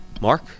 Mark